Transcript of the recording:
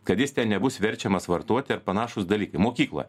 kad jis nebus verčiamas vartoti ar panašūs dalykai mokykloje